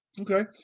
okay